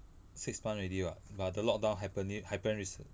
six month already [what] but the lockdown happening happen recent